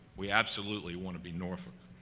we absolutely want to be norfolk.